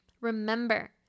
Remember